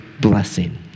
blessing